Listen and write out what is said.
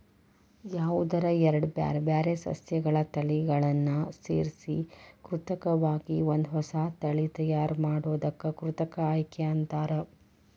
ಯಾವದರ ಎರಡ್ ಬ್ಯಾರ್ಬ್ಯಾರೇ ಸಸ್ಯಗಳ ತಳಿಗಳನ್ನ ಸೇರ್ಸಿ ಕೃತಕವಾಗಿ ಒಂದ ಹೊಸಾ ತಳಿ ತಯಾರ್ ಮಾಡೋದಕ್ಕ ಕೃತಕ ಆಯ್ಕೆ ಅಂತಾರ